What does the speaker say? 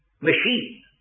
machine